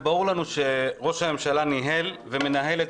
ברור לנו שראש הממשלה ניהל ומנהל את